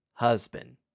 husband